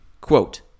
Quote